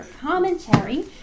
commentary